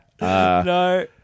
No